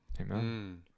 Amen